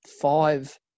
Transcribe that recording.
five